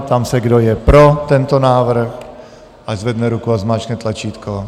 Ptám se, kdo je pro tento návrh, ať zvedne ruku a zmáčkne tlačítko.